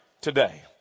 today